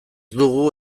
dugu